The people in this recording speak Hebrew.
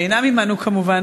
שאינם עמנו כמובן,